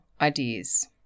ideas